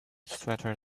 sweater